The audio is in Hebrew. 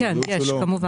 כן יש כמובן.